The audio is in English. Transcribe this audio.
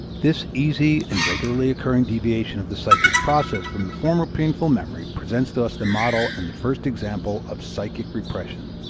this easy and regularly occurring deviation of the psychic process from the former painful memory presents to us the model and the first example of psychic repression.